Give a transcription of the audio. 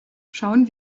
schauen